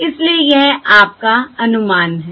इसलिए यह आपका अनुमान है